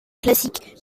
classiques